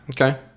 Okay